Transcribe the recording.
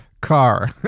car